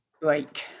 break